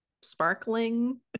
Sparkling